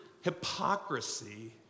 hypocrisy